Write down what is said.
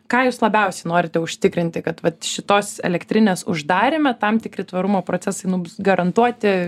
ką jūs labiausiai norite užtikrinti kad vat šitos elektrinės uždaryme tam tikri tvarumo procesai nu bus garantuoti